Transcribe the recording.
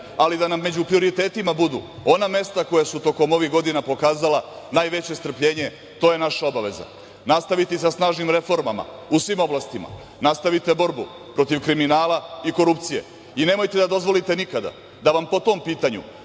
ali da nam među prioritetima budu ona mesta koja su tokom ovih godina pokazala najveće strpljenje, to je naša obaveza. Nastaviti sa snažnim reformama u svim oblastima. Nastavite borbu protiv kriminala i korupcije i nemojte da dozvolite nikada da vam po tom pitanju